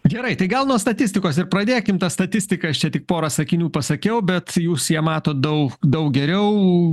gerai tai gal nuo statistikos ir pradėkim tą statistiką aš čia tik porą sakinių pasakiau bet jūs ją mato daug daug geriau